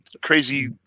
crazy